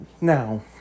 Now